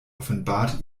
offenbart